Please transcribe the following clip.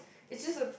it's just a